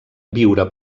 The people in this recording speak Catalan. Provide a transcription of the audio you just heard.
viure